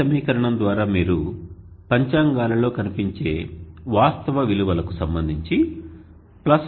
ఈ సమీకరణం ద్వారా మీరు పంచాంగాలలో కనిపించే వాస్తవ విలువలకు సంబంధించి ±0